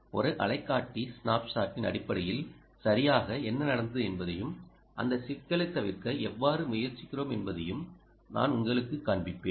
ஒரு அலைக்காட்டி ஸ்னாப்ஷாட்டின் அடிப்படையில் சரியாக என்ன நடந்தது என்பதையும் அந்த சிக்கலை தவிர்க்க எவ்வாறு முயற்சிக்கிறோம் என்பதையும் நான் உங்களுக்குக் காண்பிப்பேன்